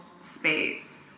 space